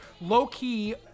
low-key